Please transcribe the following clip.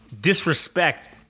disrespect